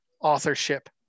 authorship